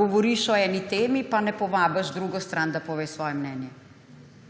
govoriš o eni temi, pa ne povabiš druge strani, da pove svoje mnenje.